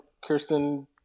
Kirsten